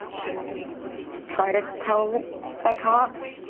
shouldn't we try to tell the cops?